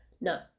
no